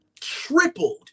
tripled